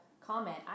comment